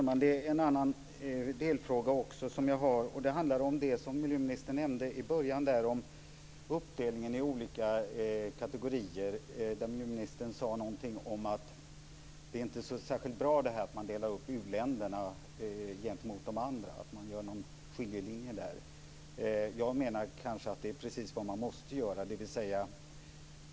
Herr talman! Jag har en annan delfråga också. Den handlar om det som miljöministern nämnde i början om uppdelningen i olika kategorier. Ministern sade någonting om att det inte är så särskilt bra att man delar upp u-länderna och de andra och drar en skiljelinje där. Jag menar att det är precis vad man måste göra.